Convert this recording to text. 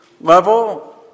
level